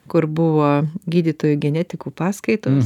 kur buvo gydytojų genetikų paskaitos